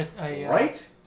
right